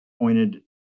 pointed